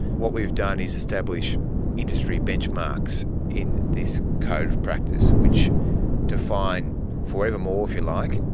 what we've done is establish industry benchmarks in this code of practice which define forevermore, if you like,